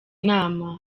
nama